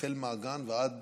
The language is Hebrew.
מהגן ועד